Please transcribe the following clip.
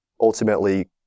ultimately